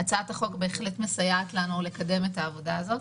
הצעת החוק בהחלט מסייעת לנו לקדם את העבודה הזאת.